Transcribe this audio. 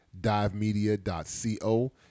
divemedia.co